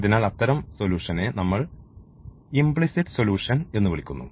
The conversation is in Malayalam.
അതിനാൽ അത്തരം സൊലൂഷനെ നമ്മൾ ഇംപ്ലീസിറ്റ് സൊല്യൂഷൻ എന്ന് വിളിക്കുന്നു